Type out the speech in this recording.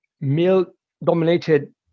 male-dominated